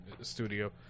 studio